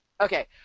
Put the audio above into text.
Okay